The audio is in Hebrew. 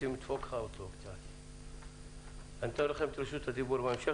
אני אתן לכם את רשות הדיבור בהמשך.